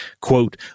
quote